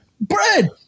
Bread